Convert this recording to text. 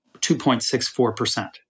2.64%